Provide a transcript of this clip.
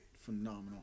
phenomenal